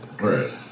Right